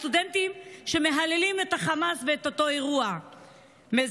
הסטודנטים שמהללים את חמאס ואת אותו אירוע מזעזע.